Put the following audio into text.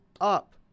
up